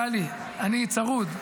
טלי, אני צרוד.